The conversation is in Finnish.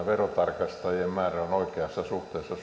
verotarkastajien määrä on oikeassa suhteessa